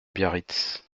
biarritz